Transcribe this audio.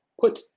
put